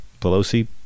Pelosi